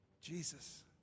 Jesus